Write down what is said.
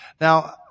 Now